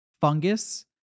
fungus